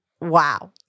wow